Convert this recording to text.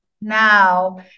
now